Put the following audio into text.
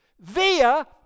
via